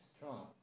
strong